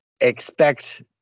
expect